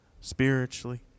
spiritually